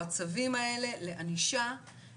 או הצווים האלה לענישה,